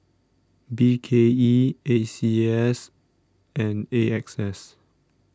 B K E A C S and A X S